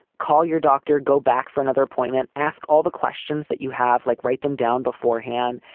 call your doctor. go back for another appointment. ask all the questions that you have. like write them down beforehand.